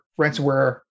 ransomware